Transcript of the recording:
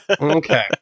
Okay